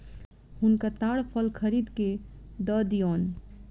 हुनका ताड़ फल खरीद के दअ दियौन